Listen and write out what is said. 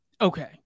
Okay